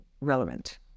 relevant